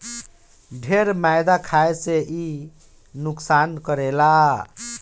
ढेर मैदा खाए से इ नुकसानो करेला